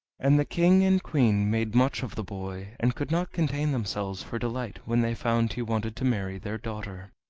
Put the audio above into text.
and the king and queen made much of the boy, and could not contain themselves for delight when they found he wanted to marry their daughter.